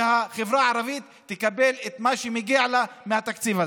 שהחברה הערבית תקבל את מה שמגיע לה מתקציב הזה.